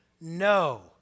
No